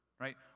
right